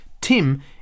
Tim